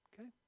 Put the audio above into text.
Okay